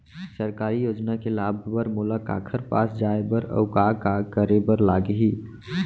सरकारी योजना के लाभ बर मोला काखर पास जाए बर अऊ का का करे बर लागही?